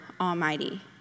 Almighty